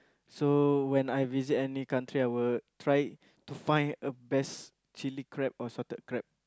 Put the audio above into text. so when I visit any country I will try to find a best chilli crab or salted crab